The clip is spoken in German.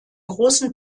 großen